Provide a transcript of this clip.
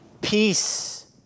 peace